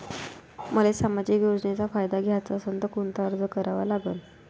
मले सामाजिक योजनेचा फायदा घ्याचा असन त कोनता अर्ज करा लागन?